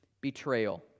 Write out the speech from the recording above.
betrayal